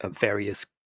various